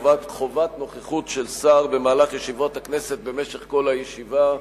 קובעת חובת נוכחות של שר במהלך ישיבות הכנסת ובמשך כל הישיבה.